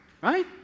Right